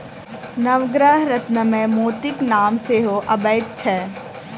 नवग्रह रत्नमे मोतीक नाम सेहो अबैत छै